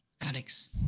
Alex